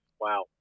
Wow